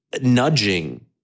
nudging